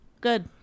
Good